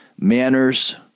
manners